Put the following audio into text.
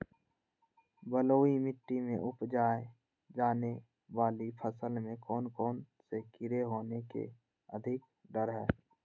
बलुई मिट्टी में उपजाय जाने वाली फसल में कौन कौन से कीड़े होने के अधिक डर हैं?